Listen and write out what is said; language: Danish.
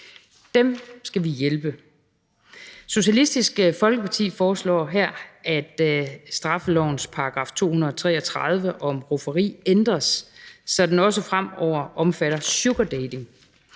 Dem skal vi hjælpe. Socialistisk Folkeparti foreslår her, af straffelovens § 233 om rufferi ændres, så den også fremover omfatter sugardating.